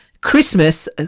Christmas